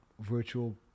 virtual